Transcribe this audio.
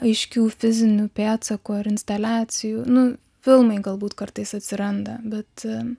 aiškių fizinių pėdsakų ar instaliacijų nu filmai galbūt kartais atsiranda bet